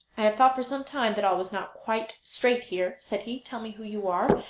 i have thought for some time that all was not quite straight here said he. tell me who you are,